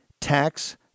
Tax